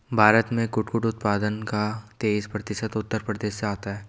भारत में कुटकुट उत्पादन का तेईस प्रतिशत उत्तर प्रदेश से आता है